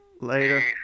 Later